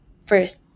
first